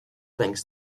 thinks